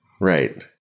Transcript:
Right